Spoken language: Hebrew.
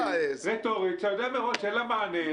זו שאלה רטורית שאתה יודע מראש שאין לה מענה.